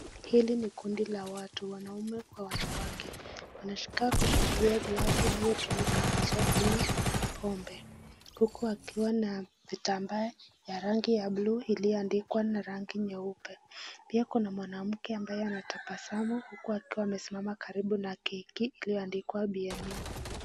Hili ni kundi la watu wanaume kwa wanawake. Wanakaa kushikilia glasi inayotumika aswaa kunywa pombe huku wakiwa na vitambaa ya rangi ya buluu ilioandikwa na rangi nyeupe. Pia kuna mwanamke ambaye anatabasamu huku akiwa amesimama karibu na keki iliyoandikwa PNU.